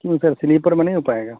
کیوں sir sleeper میں نہیں ہو پائے گا